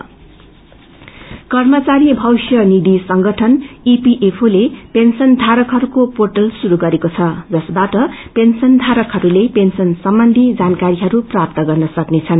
EPFO कर्मचारी भविष्य निधि संगठन ईपीएफओ ले पेन्सनधारकहरूको पोटल श्रुरू गरेको छ जसबाट पेन्सनधारकहरूले पेन्सनम्बन्ची जानकारीहरू प्राप्त गर्न सक्नेछन्